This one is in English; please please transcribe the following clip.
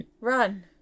Run